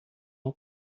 não